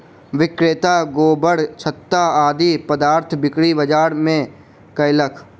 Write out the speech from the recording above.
विक्रेता गोबरछत्ता आदि पदार्थक बिक्री बाजार मे कयलक